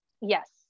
Yes